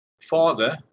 father